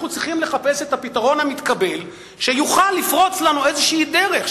אנחנו צריכים לחפש את הפתרון המתקבל שיוכל לפרוץ לנו איזושהי דרך,